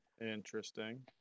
Interesting